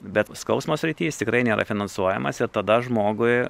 bet skausmo srity jis tikrai nėra finansuojamas ir tada žmogui